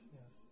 yes